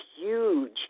huge